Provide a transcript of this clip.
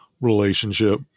relationship